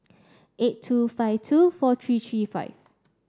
eight two five two four three three five